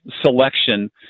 selection